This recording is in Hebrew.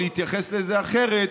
להתייחס לזה אחרת,